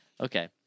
okay